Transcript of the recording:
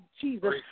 Jesus